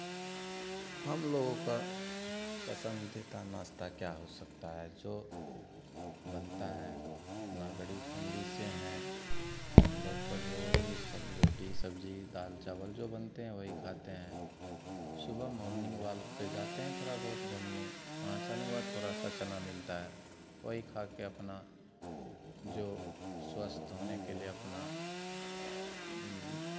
हम लोगों का पसंदीदा नाश्ता क्या हो सकता है जो बनता है ना ग़रीब फ़ैमिली से हैं हम लोग के लिए वही सब रोटी सब्ज़ी दाल चावल जो बनते हैं वही खाते हैं सुबह मॉर्निंग वॉक पे जाते हैं थोड़ा बहुत घूमने वहाँ से आने के बाद थोड़ा सा चना मिलता है वही खाके अपना जो स्वस्थ होने के लिए अपना